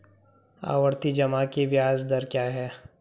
आवर्ती जमा की ब्याज दर क्या है?